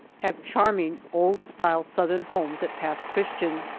have charming old-style southern homes at pass christian,